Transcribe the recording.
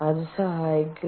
അത് സഹായിക്കില്ല